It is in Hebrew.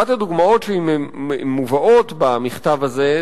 אחת הדוגמאות שמובאות במכתב הזה,